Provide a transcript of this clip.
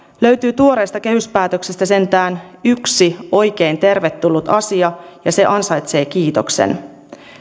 löytyy tuoreesta kehyspäätöksestä sentään yksi oikein tervetullut asia ja se ansaitsee kiitoksen